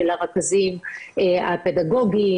של הרכזים הפדגוגיים,